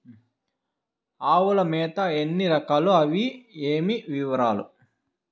ఆవుల మేత ఎన్ని రకాలు? అవి ఏవి? వివరాలు?